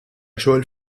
xogħol